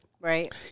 Right